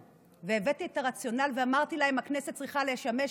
ואני רוצה לציין לטובה את שלושת השופטים שישבו